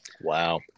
Wow